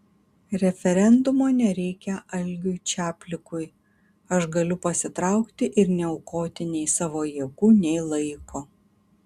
referendumo nereikia algiui čaplikui aš galiu pasitraukti ir neaukoti nei savo jėgų nei laiko